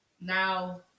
now